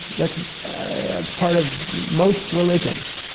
that's part of most religions.